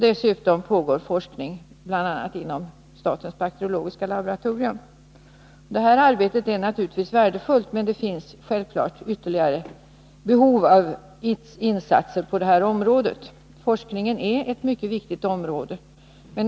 Dessutom pågår forskning, bl.a. genom statens bakteriologiska laboratorium. Det här arbetet är naturligtvis värdefullt, men det finns självfallet behov av ytterligare insatser på detta område. Forskningen är ett mycket viktigt område.